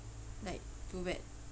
like too bad